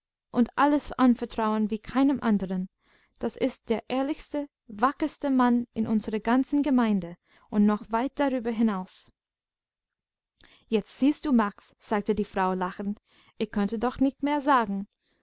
und alles anvertrauen wie keinem anderen das ist der ehrlichste wackerste mann in unserer ganzen gemeinde und noch weit darüber hinaus jetzt siehst du max sagte die frau lachend ich konnte doch nicht mehr sagen